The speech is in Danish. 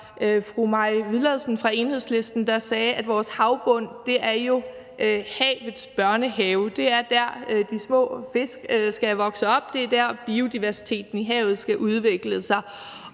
fru Mai Villadsen fra Enhedslisten, der sagde, at vores havbund jo er havets børnehave. Det er der, de små fisk skal vokse op, og det er der, biodiversiteten i havet skal udvikle sig.